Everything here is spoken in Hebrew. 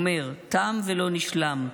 הוא אומר: "תם ולא נשלם.